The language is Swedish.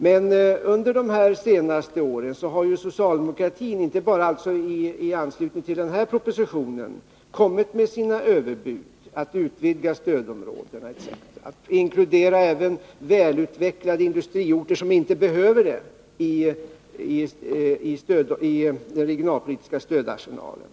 Men under de senaste åren, alltså inte bara i anslutning till denna proposition, har socialdemokratin kommit med sina överbud — att utvidga stödområdena, att inkludera även välutvecklade industriorter som inte behöver det i den regionalpolitiska stödarsenalen.